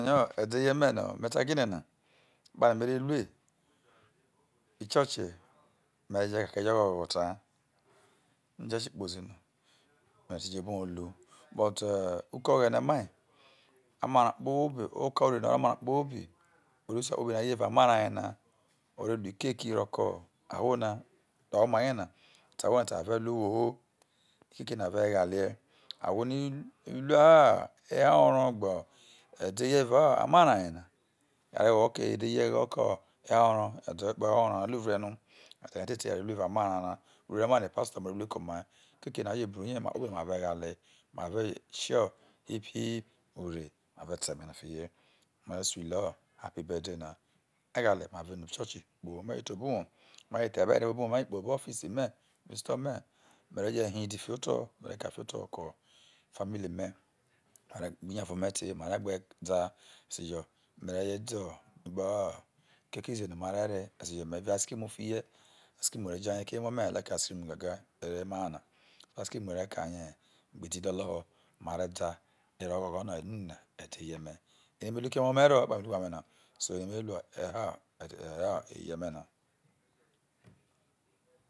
he edeye menor me ta gine na epano me re mei ichoche me re jo ghogho tao me te no ichoche me re jo ghogho tao mete no ichoche kpozi no mejete jo obo uwouru but uko hene mai amara koobi oka uree amara kpobi ore se aloho kpobi no aye evao amara naio ru ikeki ro ke ahwo na amarie natei te ashow na ava wo uwoho ivevina ave ghalie ahwono iru ehaa arro gbe ed eye evao amana yena marie gho ghoke eno iru ehaa orroo epao ono a ruvre no but oke nate are ru evao amara nana epano pastor mai oru ke omai ikeki na aje bu rie man kpobi na ma ve ghale mave shouthip hore mave ta eme na fetile mare so ale happy birth day na maye ghale no mare no ichoche kpoho uwou maje te mare no ichoche kpoho uwou maje te obo uwou maje thei ebe evao obo uwou me reno meje kpobo office me isto me me reje hald fiho oto mere ka fiho otoke family me gbe iniavo mete ma re gbe da e sejo mere jede epao ikeki zeno mare re gbe ice cream fihie ice cream re jare krme emo me a like ice cream gaga eno emahana ice cream mere ghogho nene ho edeye me ere mere ro ke emo mere epano me biru onana so eremere ru ehaa rehaa edeyemena